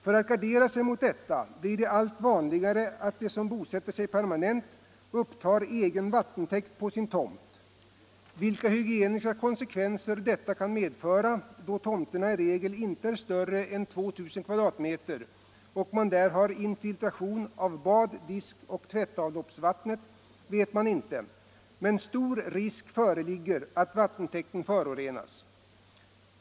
För att gardera sig mot detta blir det allt vanligare att de som bosätter sig permanent upptar egen vattentäkt på sin tomt. Vilka hygieniska konsekvenser detta kan medföra, då tomterna i regel inte är större än 2000 m” och man där har infiltration av bad-, diskoch tvättavloppsvattnet vet man inte, men stor risk föreligger att vattentäkten förorenas.